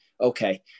okay